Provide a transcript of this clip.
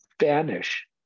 Spanish